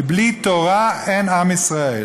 כי בלי תורה אין עם ישראל.